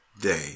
day